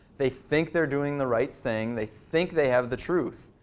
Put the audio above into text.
they think they're doing the right thing. they think they have the truth.